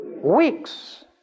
weeks